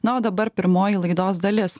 na o dabar pirmoji laidos dalis